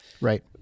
Right